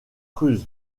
cruz